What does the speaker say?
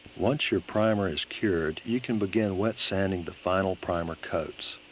once your primer is cured, you can begin wet-sanding the final primer coats.